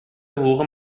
حقوق